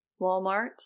Walmart